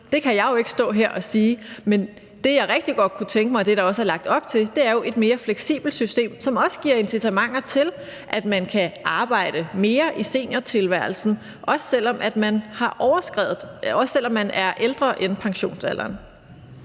til, kan jeg jo ikke stå her og sige, men det, jeg rigtig godt kunne tænke mig, og det, der også er lagt op til, er et mere fleksibelt system, som også giver incitamenter til, at man kan arbejde mere i seniortilværelsen, også selv om man er ældre end pensionsalderen.